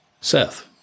Seth